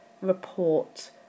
report